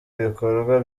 ibikorwa